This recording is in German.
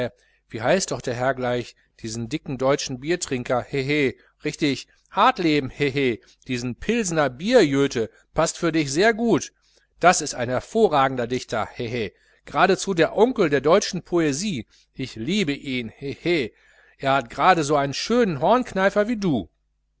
wie heißt doch der herr diesen dicken deutschen biertrinker hehe richtig hartleben hehe dieser pilsener bier joethe paßt für dich sehr gut das ist ein hervorragender dichter hehe geradezu der onkel der deutschen poesie ich liebe ihn hehe er hat gerade so einen schönen hornkneifer wie du